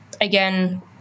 again